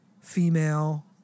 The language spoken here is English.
female